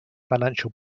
financial